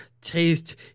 taste